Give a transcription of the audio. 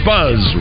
Buzz